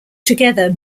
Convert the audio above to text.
together